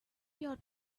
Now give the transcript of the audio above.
your